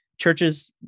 churches